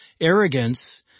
arrogance